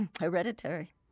Hereditary